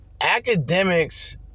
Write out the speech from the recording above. academics